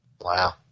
Wow